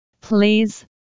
please